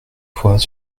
fois